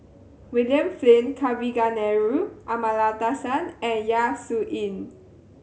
William Flint Kavignareru Amallathasan and Yap Su Yin